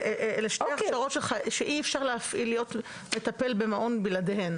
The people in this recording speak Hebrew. אלה שתי הכשרות שאי אפשר להיות מטפל במעון בלעדיהן.